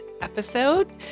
episode